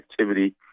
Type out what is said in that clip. activity